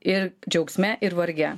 ir džiaugsme ir varge